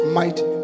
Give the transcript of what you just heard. mighty